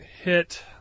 hit